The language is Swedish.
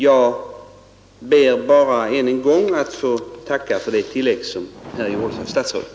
Jag ber bara att få tacka för det tillägg som här gjorts av statsrådet.